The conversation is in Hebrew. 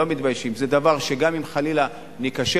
זה דבר שגם אם חלילה ניכשל,